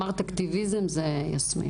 אמרת "אקטיביזם" זה יסמין.